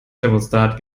thermostat